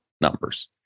numbers